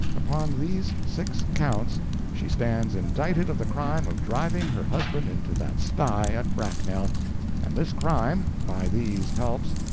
upon these six counts she stands indicted of the crime of driving her husband into that sty at bracknell and this crime, by these helps,